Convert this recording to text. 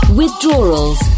withdrawals